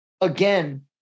again